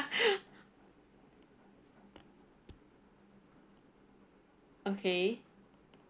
okay